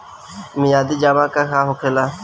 मियादी जमा का होखेला?